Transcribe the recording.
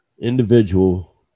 Individual